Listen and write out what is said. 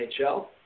NHL